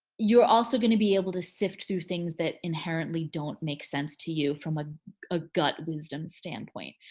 you're also gonna be able to sift through things that inherently don't make sense to you from a ah gut wisdom standpoint.